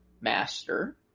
master